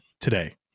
today